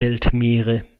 weltmeere